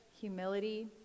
humility